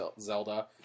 Zelda